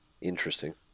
interesting